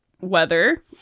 weather